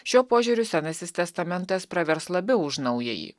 šiuo požiūriu senasis testamentas pravers labiau už naująjį